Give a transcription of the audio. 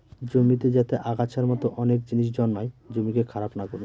জমিতে যাতে আগাছার মতো অনেক জিনিস জন্মায় জমিকে খারাপ না করে